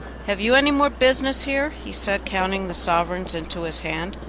have you any more business here? he said, counting the sovereigns into his hand.